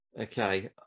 Okay